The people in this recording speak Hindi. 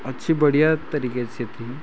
अच्छी बढ़िया तरीके से थी